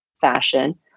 fashion